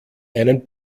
einen